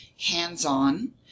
hands-on